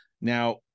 Now